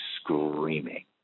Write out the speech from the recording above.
screaming